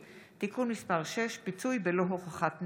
(תיקון מס' 6) (פיצוי בלא הוכחת נזק),